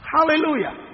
Hallelujah